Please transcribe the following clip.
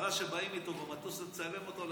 העשרה שבאים איתו למטוס לצלם אותו,